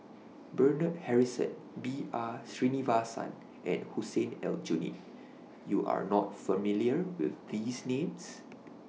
Bernard Harrison B R Sreenivasan and Hussein Aljunied YOU Are not familiar with These Names